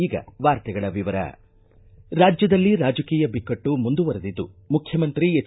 ಈಗ ವಾರ್ತೆಗಳ ವಿವರ ರಾಜ್ಯದಲ್ಲಿ ರಾಜಕೀಯ ಬಿಕ್ಕಟ್ಟು ಮುಂದುವರಿದಿದ್ದು ಮುಖ್ಯಮಂತ್ರಿ ಎಚ್